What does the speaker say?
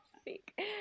speak